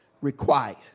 required